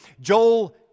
Joel